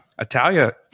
Italia